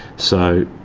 so,